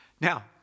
Now